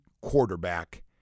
quarterback